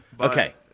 Okay